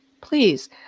Please